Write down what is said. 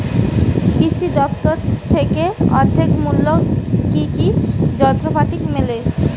কৃষি দফতর থেকে অর্ধেক মূল্য কি কি যন্ত্রপাতি মেলে?